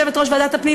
יושבת-ראש ועדת הפנים,